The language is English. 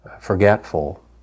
forgetful